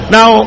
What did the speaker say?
Now